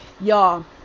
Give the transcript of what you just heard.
Y'all